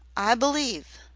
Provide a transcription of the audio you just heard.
i believe,